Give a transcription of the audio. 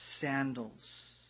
Sandals